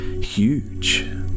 huge